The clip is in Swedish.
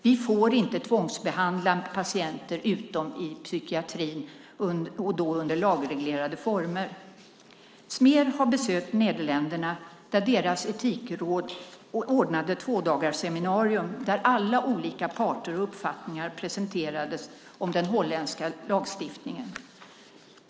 Vi får inte tvångsbehandla patienter utom i psykiatrin och då under lagreglerade former. Smer har besökt Nederländerna där deras etikråd ordnade ett tvådagarsseminarium där alla olika parter och uppfattningar presenterades i fråga om den holländska lagstiftningen.